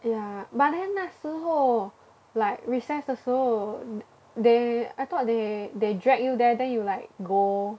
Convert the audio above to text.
ya but then 那时候 like recess 的时候 th~ they I thought they they drag you there then you like go